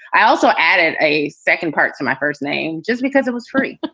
i also added a second part to my first name just because it was free but